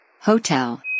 Hotel